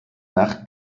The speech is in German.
nach